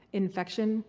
infection